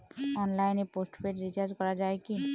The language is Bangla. অনলাইনে পোস্টপেড রির্চাজ করা যায় কি?